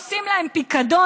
עושים להם פיקדון,